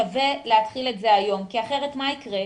שווה להתחיל את זה היום, כי אחרת מה יקרה?